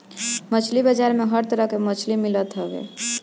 मछरी बाजार में हर तरह के मछरी मिलत हवे